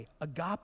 agape